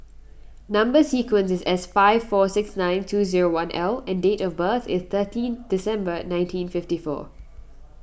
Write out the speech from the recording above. Number Sequence is S five four six nine two zero one L and date of birth is thirteenth December nineteen fifty four